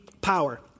power